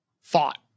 fought